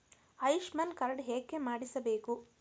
Ayushman card ಯಾಕೆ ಮಾಡಿಸಬೇಕು?